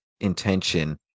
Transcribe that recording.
intention